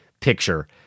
picture